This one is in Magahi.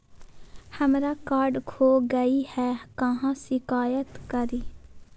हमरा कार्ड खो गई है, कहाँ शिकायत करी?